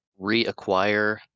reacquire